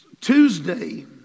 Tuesday